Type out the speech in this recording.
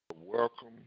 Welcome